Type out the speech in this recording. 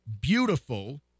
beautiful